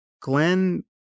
Glenn